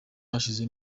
hashize